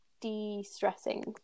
de-stressing